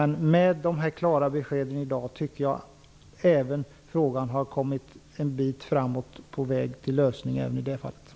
Men med de klara besked vi har fått i dag tycker jag att frågan har kommit en bit på väg mot en lösning även i det hänseendet.